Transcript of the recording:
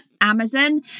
Amazon